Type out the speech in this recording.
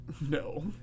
No